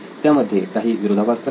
त्यामध्ये काही विरोधाभास तर नाही ना